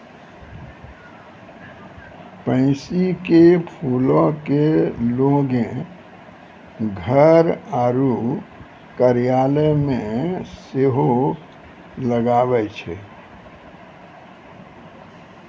pansy के फूलो के लोगें घर आरु कार्यालय मे सेहो लगाबै छै